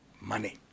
money